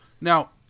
Now